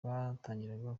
batangiraga